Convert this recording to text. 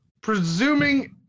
presuming